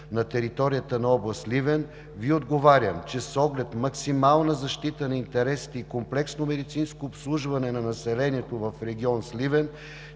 на територията на област Сливен, Ви отговарям, че с оглед максимална защита на интересите и комплексно медицинско обслужване на населението в регион Сливен,